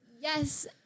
Yes